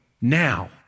now